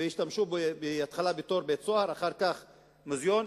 והשתמשו בו בהתחלה בתור בית-סוהר ואחר כך מוזיאון.